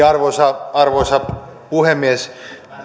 arvoisa arvoisa puhemies